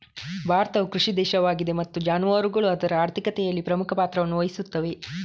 ಭಾರತವು ಕೃಷಿ ದೇಶವಾಗಿದೆ ಮತ್ತು ಜಾನುವಾರುಗಳು ಅದರ ಆರ್ಥಿಕತೆಯಲ್ಲಿ ಪ್ರಮುಖ ಪಾತ್ರವನ್ನು ವಹಿಸುತ್ತವೆ